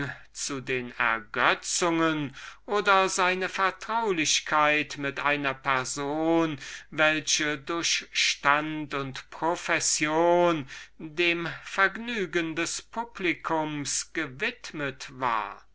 zu den ergötzungen oder seine vertraulichkeit mit einer person welche durch stand und profession wie so viel andre allein dem vergnügen des publici gewidmet war